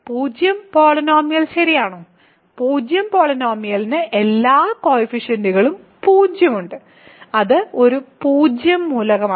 പൂജ്യം പോളിനോമിയൽ ശരിയാണോ പൂജ്യം പോളിനോമിയലിന് എല്ലാ കോയിഫിഷ്യന്റുകളും 0 ഉണ്ട് അത് ഒരു പൂജ്യം മൂലകമാണ്